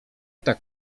tak